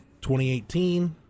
2018